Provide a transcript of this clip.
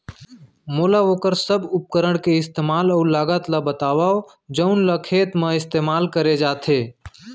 मोला वोकर सब उपकरण के इस्तेमाल अऊ लागत ल बतावव जउन ल खेत म इस्तेमाल करे जाथे?